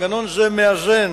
מנגנון זה מאזן,